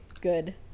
Good